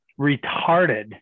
retarded